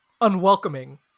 unwelcoming